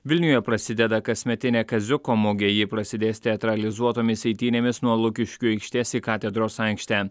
vilniuje prasideda kasmetinė kaziuko mugė ji prasidės teatralizuotomis eitynėmis nuo lukiškių aikštės į katedros aikštę